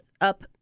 up